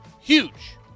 Huge